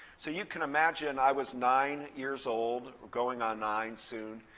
so you can imagine, i was nine years old, going on nine soon.